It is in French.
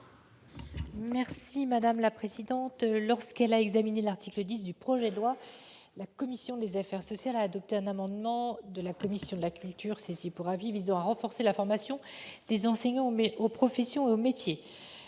Morin-Desailly. Lorsqu'elle a examiné l'article 10 du projet de loi, la commission des affaires sociales a adopté un amendement de la commission de la culture, saisie pour avis, visant à renforcer la formation des enseignants aux professions et aux métiers.